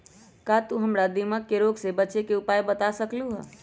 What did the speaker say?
का तू हमरा दीमक के रोग से बचे के उपाय बता सकलु ह?